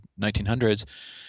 1900s